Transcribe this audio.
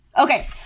Okay